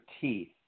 teeth